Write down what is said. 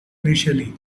initially